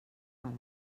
farà